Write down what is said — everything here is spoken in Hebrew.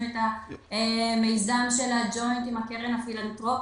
את המיזם של הג'וינט עם הקרן הפילנטרופית.